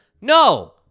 no